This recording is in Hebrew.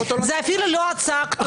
זה אפילו לא הצעה כתובה.